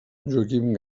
joaquim